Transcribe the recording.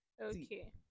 Okay